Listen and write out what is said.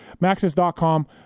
maxis.com